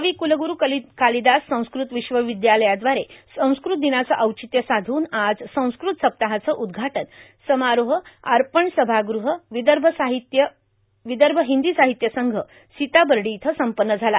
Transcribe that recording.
कविकुलगुरू कालिदास संस्कृत विश्वविद्यालयाद्वारे संस्कृत दिनाचं औचित्य साधून आज संस्कृत सप्ताहाचं उद्घाटन समारोह अर्पण सभागृह विदर्भ हिंदी साहित्य संघ सीताबर्डी इथं संपन्न झाला